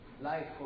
life